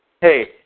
Hey